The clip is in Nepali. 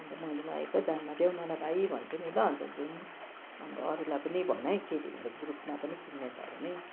अन्त मैले लगेकै दाममा देऊ न ल भाइ भन्छु नि ल अन्त जाउँ अन्त अरूलाई पनि भन है केटीहरूको ग्रुपमा पनि किन्ने छ भने